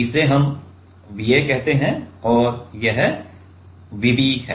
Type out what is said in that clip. तो इसे हम Va कहते हैं और यह Vb है